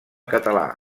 català